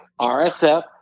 RSF